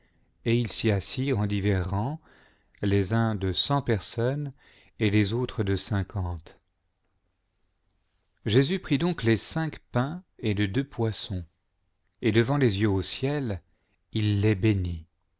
et ils s'assirent en divers rangs les uns de cent personnes et les autres de cinquante jésus prit donc les cinq î ains et les deux poissons et evant les yeux au ciel il les bénit